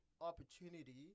opportunity